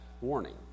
warning